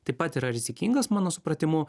taip pat yra rizikingas mano supratimu